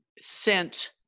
sent